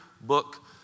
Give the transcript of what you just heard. book